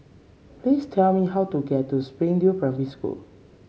please tell me how to get to Springdale Primary School